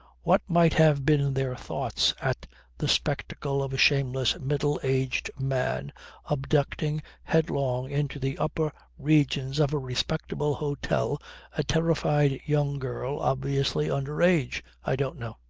what might have been their thoughts at the spectacle of a shameless middle aged man abducting headlong into the upper regions of a respectable hotel a terrified young girl obviously under age, i don't know.